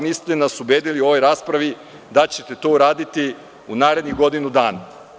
Niste nas ubedili u ovoj raspravi da ćete to uraditi u narednih godinu dana.